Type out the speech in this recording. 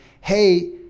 hey